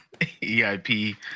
EIP